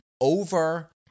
over